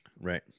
right